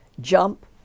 jump